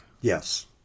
Yes